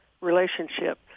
relationship